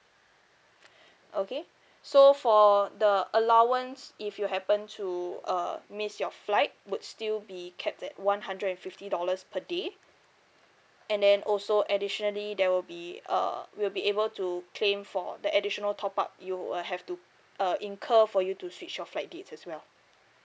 okay so for the allowance if you happen to uh miss your flight would still be kept at one hundred and fifty dollars per day and then also additionally there will be uh we'll be able to claim for the additional top up you will have to uh incur for you to switch your flight dates as well